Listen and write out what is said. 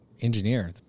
engineer